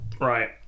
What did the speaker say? Right